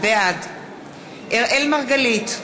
בעד אראל מרגלית,